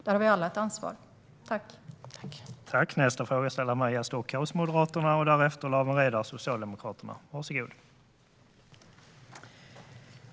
Vi har alla ett ansvar för det.